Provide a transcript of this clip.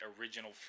original